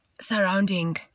surrounding